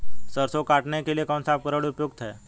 सरसों को काटने के लिये कौन सा उपकरण उपयुक्त है?